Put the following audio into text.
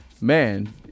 man